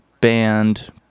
band